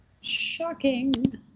Shocking